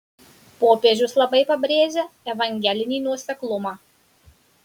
popiežius labai pabrėžia evangelinį nuoseklumą